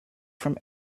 from